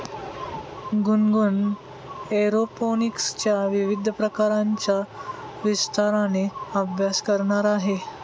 गुनगुन एरोपोनिक्सच्या विविध प्रकारांचा विस्ताराने अभ्यास करणार आहे